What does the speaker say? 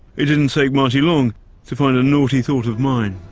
it didn't take marty long to find a naughty thought of mine.